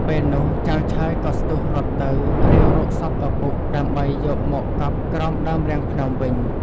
ពេលនោះចៅឆើយក៏ស្ទុះរត់ទៅ រាវរកសពឪពុកដើម្បីយកមកកប់ក្រោមដើមរាំងភ្នំវិញ ។